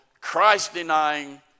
Christ-denying